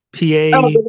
PA